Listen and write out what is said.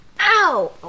Ow